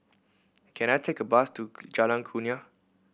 can I take a bus to Jalan Kurnia